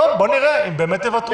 בואו נראה אם באמת תוותרו.